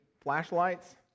flashlights